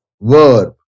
verb